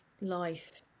life